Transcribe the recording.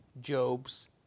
Job's